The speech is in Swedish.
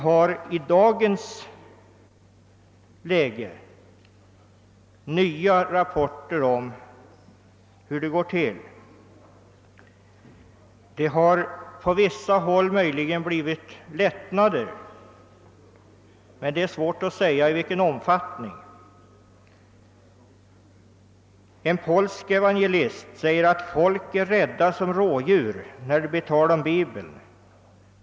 Det finns också nya rapporter om hur det går till i dagens läge. Det har på vissa håll möjligen blivit lättnader, men det är svårt att säga i vilken omfattning. En polsk evangelist säger att folk är rädda som rådjur när det blir tal om Bibeln.